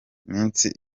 minsi